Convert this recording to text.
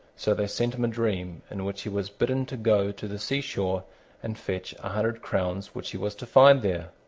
so they sent him a dream, in which he was bidden to go to the sea-shore and fetch a hundred crowns which he was to find there.